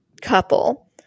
couple